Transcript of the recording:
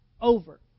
over